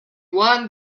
one